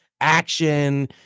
action